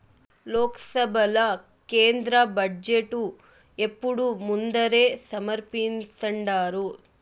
లోక్సభల కేంద్ర బడ్జెటు ఎప్పుడూ ముందరే సమర్పిస్థాండారు